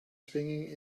swinging